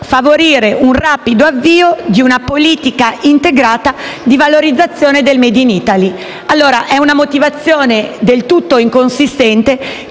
favorire un rapido avvio di una politica integrata di valorizzazione del *made in Italy*. È una motivazione del tutto inconsistente